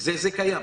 זה קיים.